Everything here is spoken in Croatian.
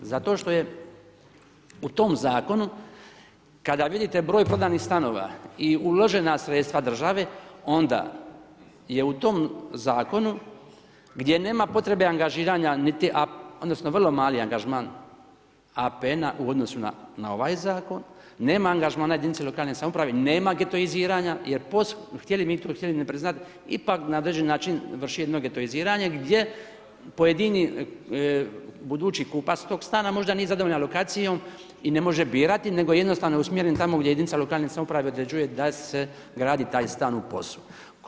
Zato što je u tom zakonu kada vidite broj prodanih stanova i uložena sredstva države onda je u tom zakonu gdje nema potrebe angažiranja odnosno vrlo mali angažman APN-a u odnosu na ovaj zakon, nema angažmana jedinice lokalne samouprave, nema getoiziranja jer POS htjeli mi to ili htjeli ne priznat ipak na određeni način vrši jedno getoiziranje gdje pojedini budući kupac tog stana možda nije zadovoljan lokacijom i ne može birati nego je jednostavno usmjeren tamo gdje jedinica lokalne samouprave određuje da se gradi taj stan u POS-u.